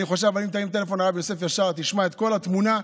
אני חושב שאם תרים טלפון לרב יוסף ישר תשמע את כל התמונה,